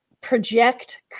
project